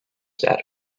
zero